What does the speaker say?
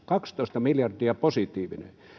kaksitoista miljardia positiivinen